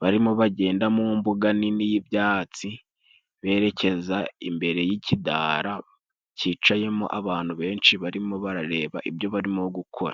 barimo bagenda mu mbuga nini y'ibyatsi, berekeza imbere y'ikidara cyicayemo abantu benshi barimo barareba ibyo barimo gukora.